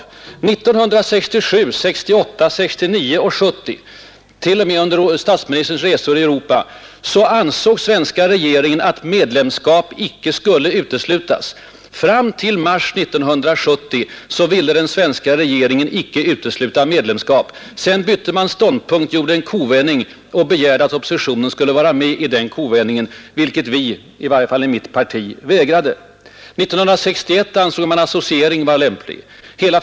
1967, 1968, 1969 och 1970, ja till och med under statsministerns rundresor i Europa sistnämnda år ansåg svenska regeringen att medlemskap icke skulle uteslutas. Fram till mars 1971 ville den svenska regeringen icke utesluta medlemskap. Sedan bytte den ståndpunkt, gjorde en ”kovändning” och begärde att oppositionen skulle vara med i vändningen, vilket i varje fall mitt parti vägrade. År 1961 ansåg regeringen däremot att associering var en lämplig anslutningsform.